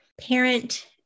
parent